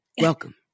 welcome